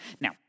Now